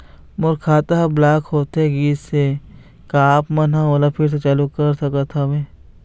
मोर खाता हर ब्लॉक होथे गिस हे, का आप हमन ओला फिर से चालू कर सकत हावे?